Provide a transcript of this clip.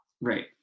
right